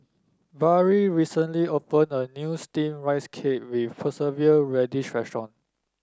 Barrie recently opened a new steam Rice Cake with preserve radish restaurant